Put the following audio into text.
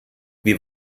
wir